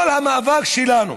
כל המאבק שלנו,